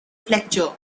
fletcher